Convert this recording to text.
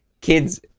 kids